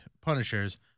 Punishers